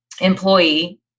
employee